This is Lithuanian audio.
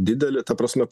didelė ta prasme